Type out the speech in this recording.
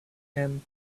and